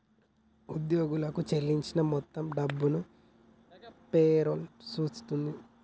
ఉద్యోగులకు చెల్లించిన మొత్తం డబ్బును పే రోల్ సూచిస్తది